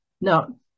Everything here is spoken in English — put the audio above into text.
now